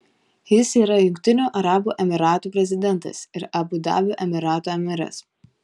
jis yra jungtinių arabų emyratų prezidentas ir abu dabio emyrato emyras